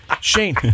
Shane